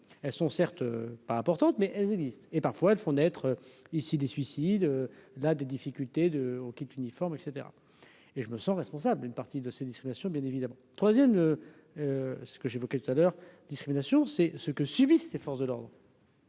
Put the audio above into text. elles sont certes pas importante, mais elles existent et, parfois, elles font naître ici des suicides, là, des difficultés de quitte uniforme et cetera et je me sens responsable une partie de ses distributions, bien évidemment 3ème ce que j'évoquais tout à l'heure. Discrimination, c'est ce que subissent ces forces de l'ordre.